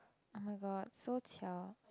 oh-my-god so qiao